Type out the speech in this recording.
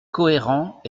cohérent